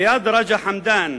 ריאד רג'א חמדאן,